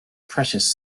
precious